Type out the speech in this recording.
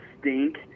stink